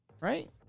Right